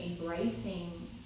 embracing